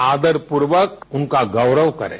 आदरपूर्वक उनका गौरव करें